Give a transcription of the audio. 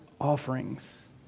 offerings